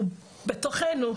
הוא בתוכנו,